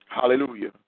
Hallelujah